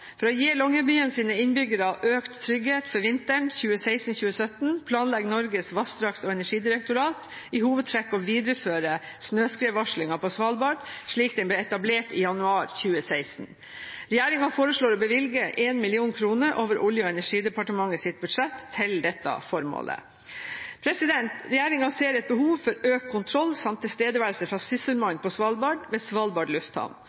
For å gi Longyearbyens innbyggere økt trygghet for vinteren 2016/2017 planlegger Norges vassdrags- og energidirektorat i hovedtrekk å videreføre snøskredvarslingen på Svalbard, slik den ble etablert i januar 2016. Regjeringen foreslår å bevilge 1 mill. kr over Olje- og energidepartementets budsjett til dette formålet. Regjeringen ser et behov for økt kontroll samt tilstedeværelse fra Sysselmannen på Svalbard ved Svalbard lufthavn.